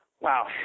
Wow